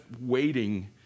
waiting